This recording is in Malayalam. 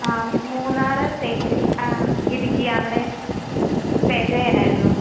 ആ മൂന്നാറ് തേക്കടി ആ ഇടുക്കി അവിടെ സ്റ്റേ ചെയ്യണമായിരുന്നു